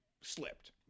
slipped